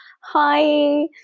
hi